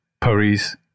Paris